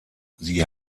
sie